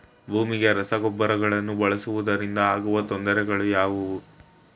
ಭೂಮಿಗೆ ರಸಗೊಬ್ಬರಗಳನ್ನು ಬಳಸುವುದರಿಂದ ಆಗುವ ತೊಂದರೆಗಳು ಯಾವುವು?